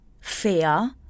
fear